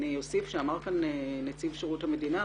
אני אוסיף שאמר כאן נציב שירות המדינה,